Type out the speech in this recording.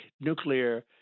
nuclear